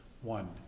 one